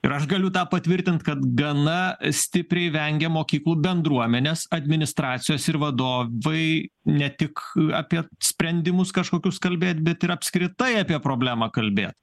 ir aš galiu tą patvirtint kad gana stipriai vengia mokyklų bendruomenės administracijos ir vadovai ne tik apie sprendimus kažkokius kalbėt bet ir apskritai apie problemą kalbėt